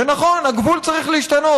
ונכון, הגבול צריך להשתנות.